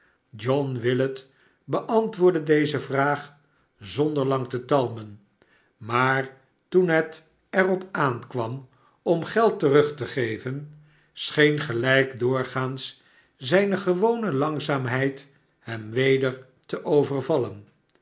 john willet beantwoordde deze vraag zonder lang te talmen maar toen het er op aan kwam om geld terug te geven scheen gelijk doorgaans zijne gewone langzaamheid hem weder te overvallen